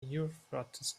euphrates